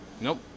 Nope